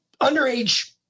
underage